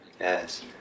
Yes